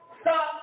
stop